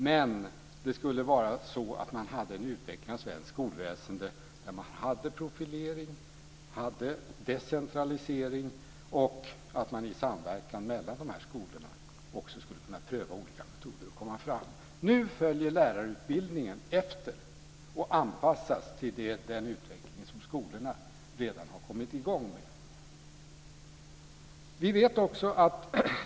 Men det skulle finnas ett utvecklat svenskt skolväsende där man hade profilering, decentralisering och en samverkan mellan skolorna där man skulle kunna pröva olika metoder. Nu följer lärarutbildningen efter och anpassas till den utveckling som skolorna redan har kommit i gång med.